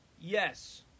Yes